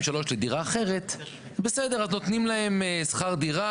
שלוש לדירה אחרת אז נותנים להם שכר דירה,